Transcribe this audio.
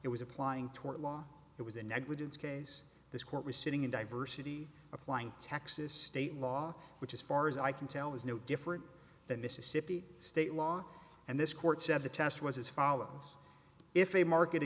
it was applying tort law it was a negligence case this court resitting in diversity applying texas state law which is far as i can tell is no different than mississippi state law and this court said the test was as follows if a market